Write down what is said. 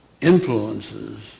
influences